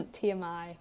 TMI